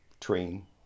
train